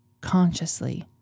consciously